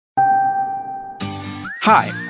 hi